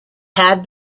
had